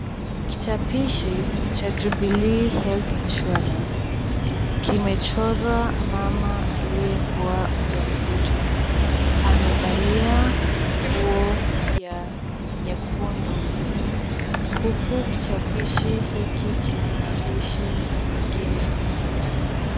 Kitapishi cha jubilee health insurance kimechorwa mama aliyekuwa mjamzito. Amevalia nguo ya nyekundu huku kichapishi hiki kinamaandishi mengine mengi.